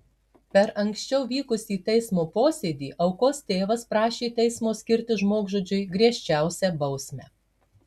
per anksčiau vykusį teismo posėdį aukos tėvas prašė teismo skirti žmogžudžiui griežčiausią bausmę